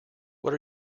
what